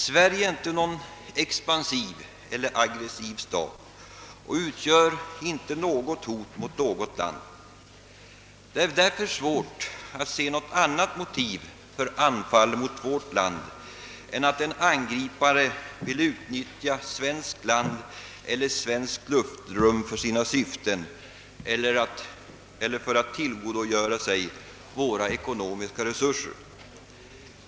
Sverige är inte någon expansiv eller aggressiv stat och utgör inte något hot mot något land. Det är därför svårt att se andra motiv för anfall mot vårt land än att en angripare vill utnyttja svenskt land eller svenskt luftrum för sina syften eller för att tillgodogöra sig våra ekonomiska resurser.